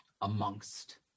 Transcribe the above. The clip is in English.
amongst